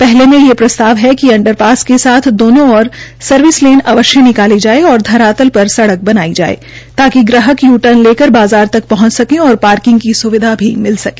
पहले मे ये प्रस्ताव है कि अंडरपास के साथ दोनों और सर्विस लेन अवश्य निकाली जाये और धरातल पर सड़क बनाई जो ताकि ग्राहक यू र्टन लेकर बाज़ार तक पहंच सकें वे पार्किंग की सुविधा भी मिल सके